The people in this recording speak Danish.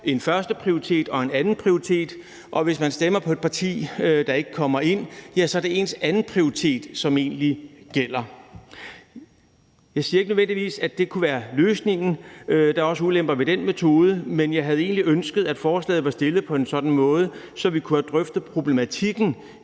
en førsteprioritet og en andenprioritet, og hvis man stemmer på et parti, der ikke kommer ind, er det ens andenprioritet, som gælder. Jeg siger ikke nødvendigvis, at det kunne være løsningen – der er også ulemper ved den metode – men jeg havde egentlig ønsket, at forslaget havde været fremsat på en sådan måde, at vi kunne have drøftet problematikken